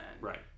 Right